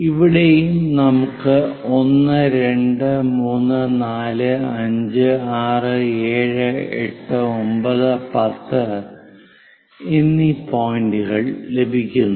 ഇവിടെയും നമുക്ക് 1 2 3 4 5 6 7 8 9 10 എന്നീ പോയിന്ററുകൾ ലഭിക്കുന്നു